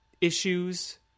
issues